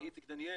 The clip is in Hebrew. איציק דניאל,